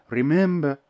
remember